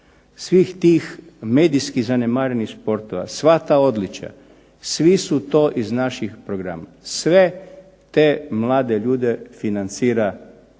svih tih medijski zanemarenih sportova, sva ta odličja, svi su to iz naših programa. Sve te mlade ljude financira građani